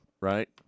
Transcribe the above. right